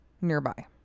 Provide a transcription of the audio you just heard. nearby